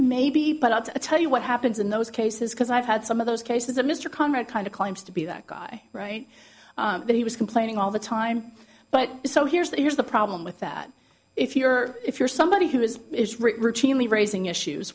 maybe but i'll tell you what happens in those cases because i've had some of those cases of mr conrad kind of claims to be that guy right but he was complaining all the time but so here's the here's the problem with that if you're if you're somebody who is routinely raising issues